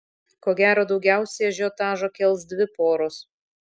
ko gero daugiausiai ažiotažo kels dvi poros